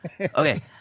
Okay